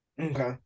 Okay